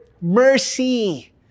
Mercy